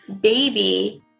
baby